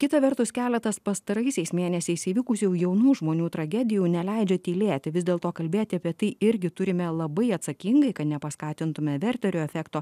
kita vertus keletas pastaraisiais mėnesiais įvykusių jaunų žmonių tragedijų neleidžia tylėti vis dėlto kalbėti apie tai irgi turime labai atsakingai kad nepaskatintume verterio efekto